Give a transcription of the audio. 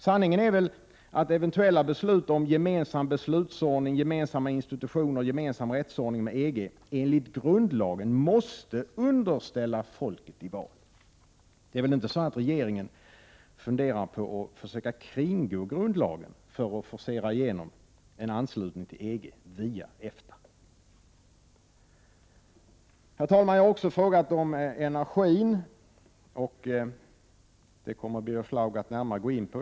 Sanningen är väl att eventuella beslut om en ”gemensam beslutsordning”, ”gemensamma institutioner” och ”gemensam rättsordning” med EG enligt grundlagen måste underställas folket i val. Regeringen funderar väl inte på att försöka kringgå grundlagen för att forcera en anslutning till EG via EFTA. Herr talman! Vidare har jag frågat om energin. Den saken kommer Birger Schlaug att närmare gå in på.